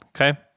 okay